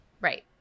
Right